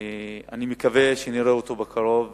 אני מקווה שנראה אותו בקרוב,